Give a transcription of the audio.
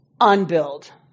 unbuild